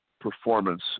performance